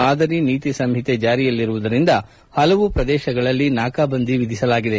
ಮಾದರಿ ನೀತಿ ಸಂಹಿತೆ ಚಾರಿಯಲಿರುವುದರಿಂದ ಹಲವು ಪ್ರದೇಶಗಳಲ್ಲಿ ನಾಕಾ ಬಂದಿ ವಿಧಿಸಲಾಗಿದೆ